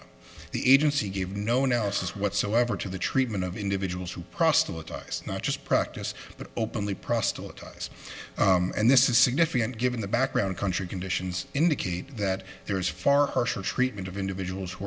china the agency gave no one else's whatsoever to the treatment of individuals who proselytize not just practice but openly prostitute ties and this is significant given the background country conditions indicate that there is far are sure treatment of individuals who